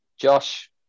Josh